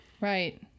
Right